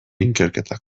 ikerketak